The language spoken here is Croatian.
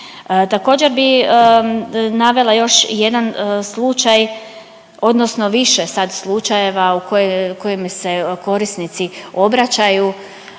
Također bi navela još jedan slučaj odnosno više sad slučajeva u kojem se korisnici obraćaju